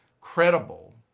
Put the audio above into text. credible